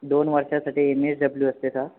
दोन वर्षासाठी M S W असते सर